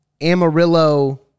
Amarillo